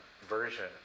version